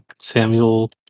Samuel